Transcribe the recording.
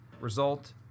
result